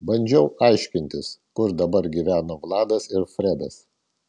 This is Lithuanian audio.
bandžiau aiškintis kur dabar gyveno vladas ir fredas